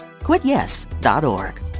Quityes.org